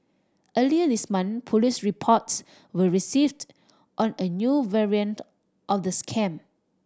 earlier this month police reports were received on a new variant of the scam